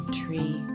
tree